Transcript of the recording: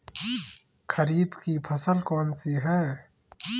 खरीफ की फसल कौन सी है?